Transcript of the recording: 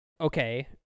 okay